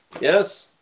yes